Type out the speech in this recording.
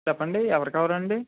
చెప్పండి ఎవరు కావాలి అండి